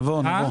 נבוא, נבוא.